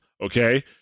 Okay